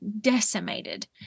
decimated